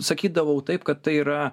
sakydavau taip kad tai yra